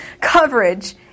coverage